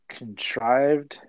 contrived